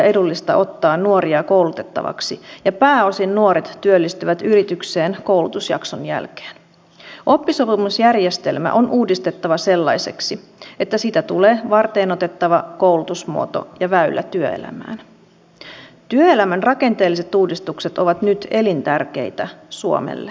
minä olen miettinyt paljon ja niin kuin sanoin niin minusta on koolla joukko edustajia joille pienituloisten ja monella tavalla syrjässäkin olevien ihmisten jotka ovat nyt elintärkeitä suomelle